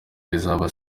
rizaba